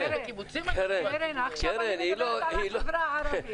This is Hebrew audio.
בסדר, עכשיו אני מדברת על החברה הערבית.